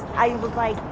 i was like,